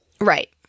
Right